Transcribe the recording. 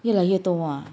越来越多 ah